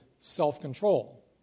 self-control